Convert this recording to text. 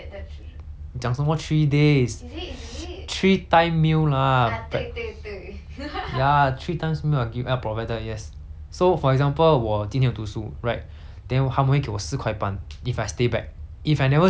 three time meal lah ya three times meal are gov~ are provided yes so for example 我今天有读书 right then 他们会给我四块半 if I stay back if I never stay back like after one then 他们就会给我三块